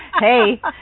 Hey